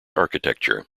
architecture